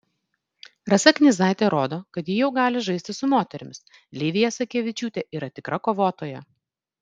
rasa knyzaitė rodo kad ji jau gali žaisti su moterimis livija sakevičiūtė yra tikra kovotoja